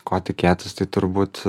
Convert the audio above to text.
ko tikėtis tai turbūt